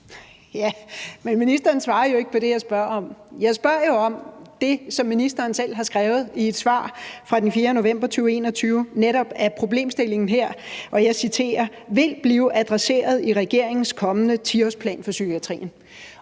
(V): Men ministeren svarer jo ikke på det, jeg spørger om. Jeg spørger jo om det, som ministeren selv har skrevet i et svar fra den 4. november 2021, netop at problemstillingen her – og jeg citerer – vil blive adresseret i regeringens kommende 10-årsplan for psykiatrien.